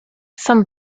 some